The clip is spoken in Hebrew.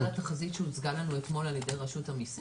התחזית שלהם דומה לתחזית שהוצגה לנו אתמול על ידי רשות המסים?